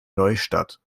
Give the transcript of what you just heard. neustadt